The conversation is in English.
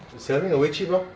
selling away cheap lor